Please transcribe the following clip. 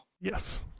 Yes